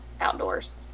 outdoors